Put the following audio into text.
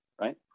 Right